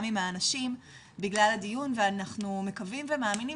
עם האנשים בגלל הדיון ואנחנו מקווים ומאמינים